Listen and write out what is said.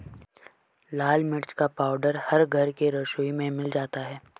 लाल मिर्च का पाउडर हर घर के रसोई में मिल जाता है